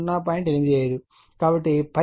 కాబట్టి ∅ 2 31